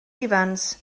ifans